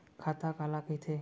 खाता काला कहिथे?